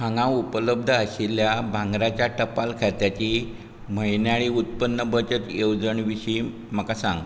हांगा उपलब्ध आशिल्ल्या भांगराच्या टपाल खात्याची म्हयन्याळी उत्पन्न बचत येवजण विशीं म्हाका सांग